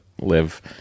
live